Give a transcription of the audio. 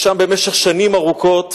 שם, במשך שנים ארוכות